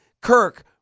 Kirk